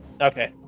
Okay